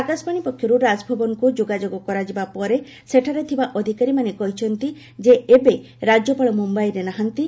ଆକାଶବାଣୀ ପକ୍ଷର୍ ରାଜଭବନକୁ ଯୋଗାଯୋଗ କରାଯିବା ପରେ ସେଠାରେ ଥିବା ଅଧିକାରୀମାନେ କହିଛନ୍ତି ଯେ ଏବେ ରାଜ୍ୟପାଳ ମୁମ୍ଭାଇରେ ନାହାନ୍ତି